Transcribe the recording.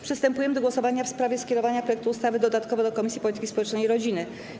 Przystępujemy go głosowania w sprawie skierowania projektu ustawy dodatkowo do Komisji Polityki Społecznej i Rodziny.